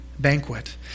Banquet